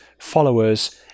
followers